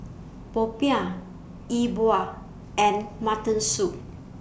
Popiah E Bua and Mutton Soup